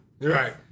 Right